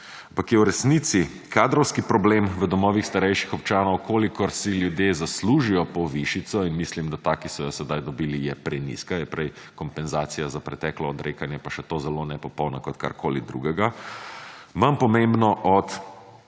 Ampak je v resnici kadrovski problem v domovih starejših občanov, kolikor si ljudje zaslužijo povišico in mislim, da ta, ki so jo sedaj dobili, je prenizka, je prej kompenzacija za preteklo odrekanje, pa še to zelo nepopolna, kot karkoli drugega, manj pomembno od